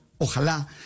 ojalá